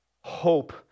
hope